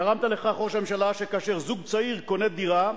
גרמת, ראש הממשלה, לכך שכאשר זוג צעיר קונה דירה,